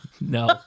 no